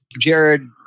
Jared